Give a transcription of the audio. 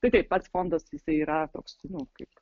tai taip pats fondas jisai yra toks nu kaip